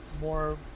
more